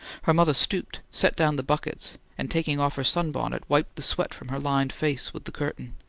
her mother stooped, set down the buckets, and taking off her sunbonnet, wiped the sweat from her lined face with the curtain.